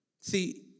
See